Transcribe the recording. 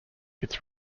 its